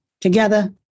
together